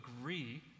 agree